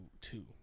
two